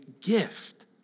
gift